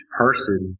person